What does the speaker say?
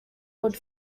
would